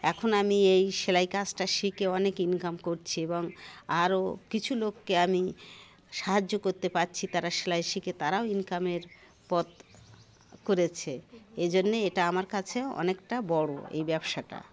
এখন আমি এই সেলাই কাজটা শিখে অনেক ইনকাম করছি এবং আরও কিছু লোককে আমি সাহায্য করতে পারছি তারা সেলাই শিখে তারাও ইনকামের পথ করেছে এই জন্যে এটা আমার কাছে অনেকটা বড় এই ব্যবসাটা